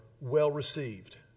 well-received